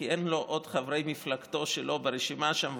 כי אין לו עוד חברי מפלגתו שלו ברשימה שם,